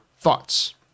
thoughts